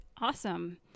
Awesome